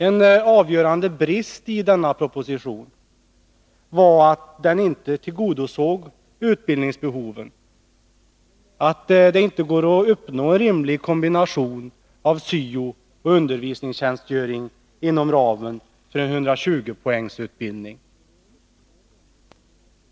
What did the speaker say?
En avgörande brist i denna proposition var att den inte tillgodosåg utbildningsbehoven, att det inte går att uppnå en rimlig kombination av syooch undervisningstjänstgöring inom ramen för en 120-poängsutbildning.